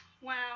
Wow